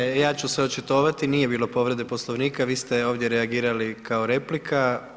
Ne, ne, ne, ja ću se očitovati, nije bilo povrede poslovnika, vi ste ovdje reagirali kao replika.